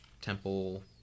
temple